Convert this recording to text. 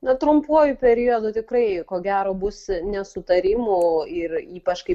na trumpuoju periodu tikrai ko gero bus nesutarimų ir ypač kai